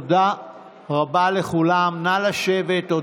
תודה רבה לכולם, נא לשבת.